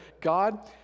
God